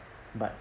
but